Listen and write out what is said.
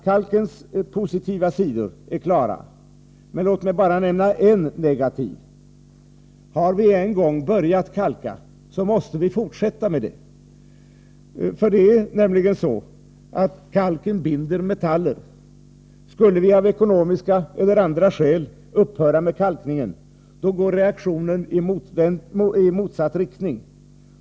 Kalkningens positiva sidor är kända, men låt mig nämna bara en negativ faktor. Har vi en gång börjat att kalka måste vi fortsätta med det. Kalken binder nämligen metaller. Skulle vi av ekonomiska eller andra skäl upphöra med kalkningen går reaktionen i motsatt riktning.